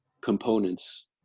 components